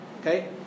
okay